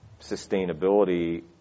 sustainability